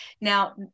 Now